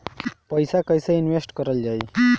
पैसा कईसे इनवेस्ट करल जाई?